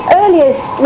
earliest